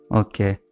okay